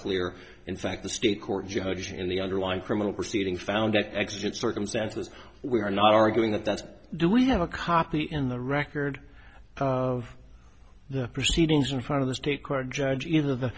clear in fact the state court judge in the underlying criminal proceeding found extreme circumstances we're not arguing that that's do we have a copy in the record of the proceedings in front of the state court judge either the